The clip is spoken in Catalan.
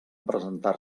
presentar